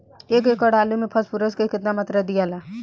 एक एकड़ आलू मे फास्फोरस के केतना मात्रा दियाला?